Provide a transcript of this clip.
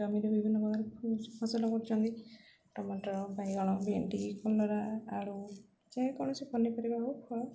ଜମିରେ ବିଭିନ୍ନ ପ୍ରକାର ଫସଲ କରୁଛନ୍ତି ଟମାଟର ବାଇଗଣ ଭେଣ୍ଡି କଲରା ଆଳୁ ଯେକୌଣସି ପନିପରିବା ହଉ ଫଳ